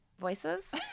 voices